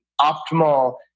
optimal